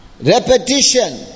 Repetition